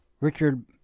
Richard